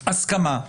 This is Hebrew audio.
הסכמה.